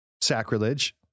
sacrilege